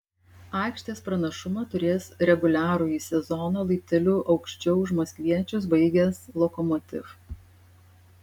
aikštės pranašumą turės reguliarųjį sezoną laipteliu aukščiau už maskviečius baigęs lokomotiv